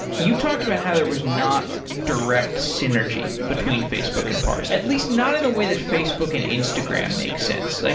you talked about how there was not direct synergy between facebook and parse. at least not in the way that facebook and instagram make sense. like